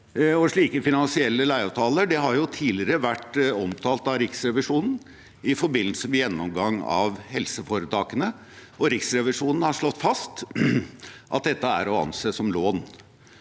Slike finansielle leieavtaler har tidligere vært omtalt av Riksrevisjonen i forbindelse med gjennomgang av helseforetakene, og Riksrevisjonen har slått fast at dette er å anse som lån.